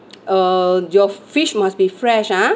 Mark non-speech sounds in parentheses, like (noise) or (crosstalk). (noise) uh your fish must be fresh ah